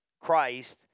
Christ